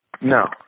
No